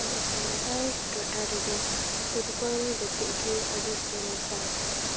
ᱟᱞᱮ ᱥᱟᱱᱛᱟᱲ ᱴᱚᱴᱷᱟ ᱨᱮᱫᱚ ᱯᱷᱩᱴᱵᱚᱞ ᱜᱟᱛᱮᱜ ᱜᱮ ᱟᱹᱰᱤ ᱥᱚᱨᱮᱥᱟ